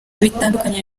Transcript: bitandukanye